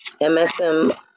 MSM